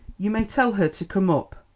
you may tell her to come up,